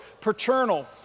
paternal